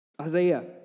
Isaiah